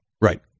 right